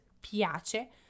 piace